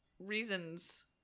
Reasons